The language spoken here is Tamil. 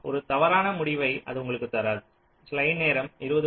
ஒரு தவறான முடிவை அது உங்களுக்கு தராது